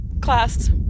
class